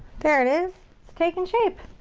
there it is. it's taking shape.